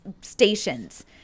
stations